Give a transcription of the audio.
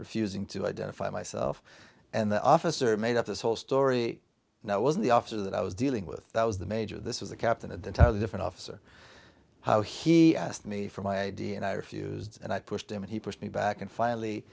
refusing to identify myself and the officer made up this whole story now was the officer that i was dealing with that was the major this was the captain at the time the different officer how he asked me for my id and i refused and i pushed him and he pushed me back and finally